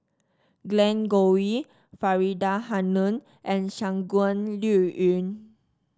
Glen Goei Faridah Hanum and Shangguan Liuyun